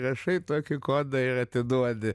įrašai tokį kodą ir atiduodi